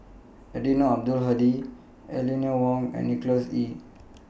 Eddino Abdul Hadi Eleanor Wong and Nicholas Ee